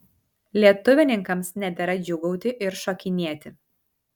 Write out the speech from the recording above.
lietuvininkams nedera džiūgauti ir šokinėti